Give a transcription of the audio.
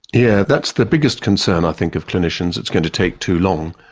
yeah that's the biggest concern i think of clinicians it's going to take too long.